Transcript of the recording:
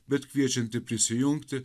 bet kviečianti prisijungti